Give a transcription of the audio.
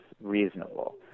reasonable